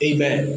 Amen